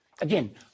again